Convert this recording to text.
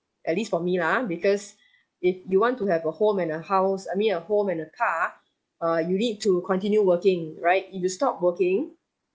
at least for me ah because if you want to have a home and a house I mean a home and a car uh you need to continue working right if you stop working